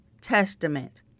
testament